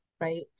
right